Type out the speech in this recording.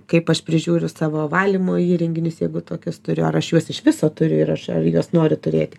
kaip aš prižiūriu savo valymo įrenginius jeigu tokius turiu ar aš juos iš viso turiu ir aš ar juos noriu turėti